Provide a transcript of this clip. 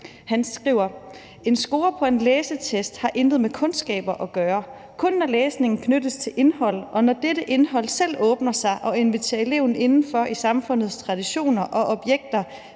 Han skriver: En score på en læsetest har intet med kundskaber at gøre. Kun når læsningen knyttes til indhold, og når dette indhold selv åbner sig og inviterer eleven indenfor i samfundets traditioner og objekter